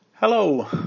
Hello